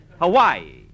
Hawaii